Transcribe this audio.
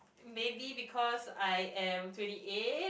maybe because I am twenty eight